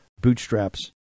bootstraps